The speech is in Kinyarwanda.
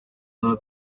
nta